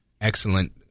excellent